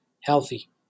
healthy